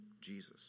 Jesus